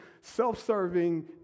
self-serving